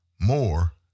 more